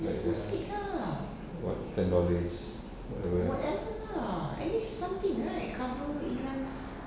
what ten dollars